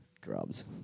grubs